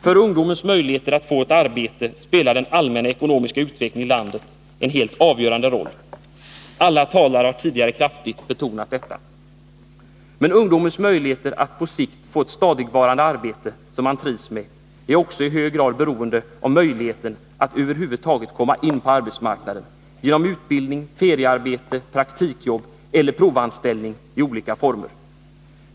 För ungdomens möjligheter att få ett arbete spelar den allmänna ekonomiska utvecklingen i landet en helt avgörande roll. Alla tidigare talare har kraftigt betonat detta. Men ungdomarnas möjligheter att på sikt få ett stadigvarande arbete som de trivs med är också i hög grad beroende av möjligheten att över huvud taget komma in på arbetsmarknaden — genom utbildning, feriearbete, praktikjobb eller provanställning i olika former.